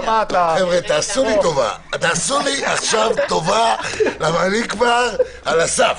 תעשו לי טובה כי אני כבר על הסף.